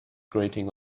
grating